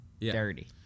dirty